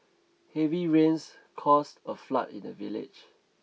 heavy rains caused a flood in the village